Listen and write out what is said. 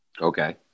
Okay